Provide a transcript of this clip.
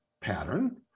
pattern